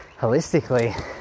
holistically